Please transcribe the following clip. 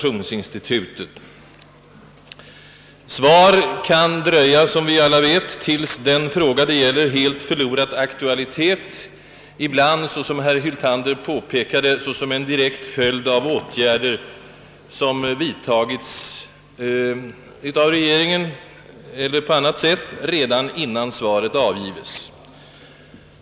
För det första kan svar, som vi alla vet, dröja tills frågan helt förlorat sin aktualitet, ibland — som herr Hyltander påpekade — såsom direkt följd av åtgärder som vidtagits av regeringen direkt eller på annat sätt redan innan svaret avgivits.